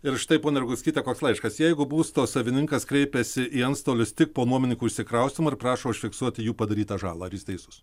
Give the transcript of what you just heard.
ir štai ponia roguckyte koks laiškas jeigu būsto savininkas kreipiasi į antstolius tik po nuomininkų išsikraustymo ir prašo užfiksuoti jų padarytą žalą ar jis teisus